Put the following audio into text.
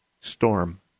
storm